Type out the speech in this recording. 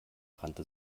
rannte